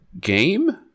game